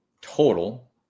Total